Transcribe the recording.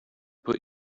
put